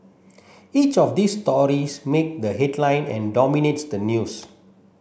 each of these stories make the headline and dominates the news